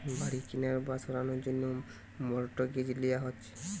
বাড়ি কেনার বা সারানোর জন্যে মর্টগেজ লিয়া হচ্ছে